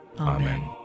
Amen